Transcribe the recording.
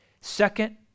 Second